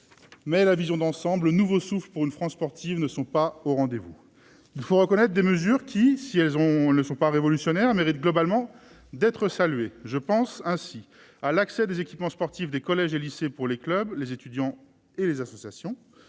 Mais la vision d'ensemble, le nouveau souffle pour une France sportive ne sont pas au rendez-vous. Il faut reconnaître que ce texte comporte des mesures qui, si elles ne sont pas révolutionnaires, méritent globalement d'être saluées. Je pense ainsi à l'ouverture de l'accès aux équipements sportifs des collèges et lycées pour les clubs, les étudiants et les associations,